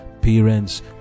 parents